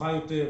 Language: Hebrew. נמוכה יותר.